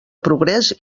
progrés